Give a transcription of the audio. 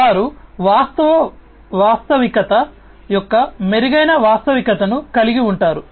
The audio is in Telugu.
కాబట్టి వారు వాస్తవ వాస్తవికత యొక్క మెరుగైన వాస్తవికతను కలిగి ఉంటారు